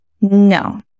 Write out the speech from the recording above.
No